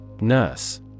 Nurse